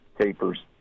tapers